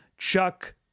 Chuck